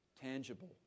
tangible